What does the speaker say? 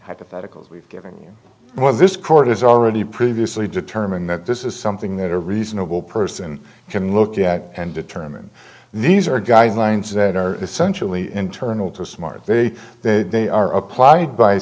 hypotheticals giving what this court has already previously determined that this is something that a reasonable person can look at and determine these are guidelines that are essentially internal to smart they that they are applied by